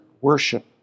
worship